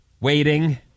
waiting